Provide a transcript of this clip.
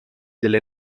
delle